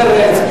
מרצ,